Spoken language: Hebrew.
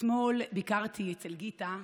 אתמול ביקרתי אצל גיטה,